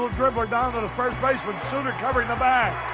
dribbler down to the first baseman, sutter covering the bag,